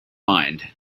mind